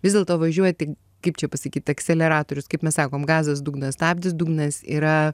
vis dėlto važiuoti kaip čia pasakyt akseleratorius kaip mes sakom gazas dugnas stabdis dugnas yra